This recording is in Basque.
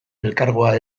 elkargoa